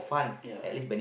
ya